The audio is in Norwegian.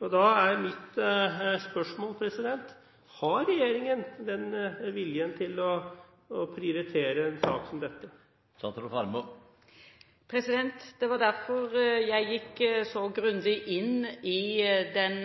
domstolene. Da er mitt spørsmål: Har regjeringen den viljen til å prioritere en sak som dette? Det var derfor jeg gikk så grundig inn i den